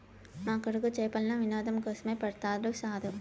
మా కొడుకు చేపలను వినోదం కోసమే పడతాడు సారూ